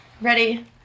ready